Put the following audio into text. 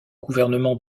gouvernement